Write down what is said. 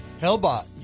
Hellbot